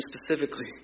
specifically